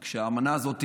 ובאמנה הזאת,